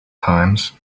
times